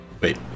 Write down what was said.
wait